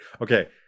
Okay